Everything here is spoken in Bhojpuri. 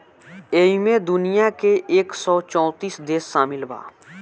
ऐइमे दुनिया के एक सौ चौतीस देश सामिल बा